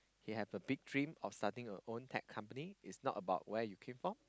he have a big dream of start a own tech company it's not about where you come from